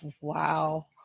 Wow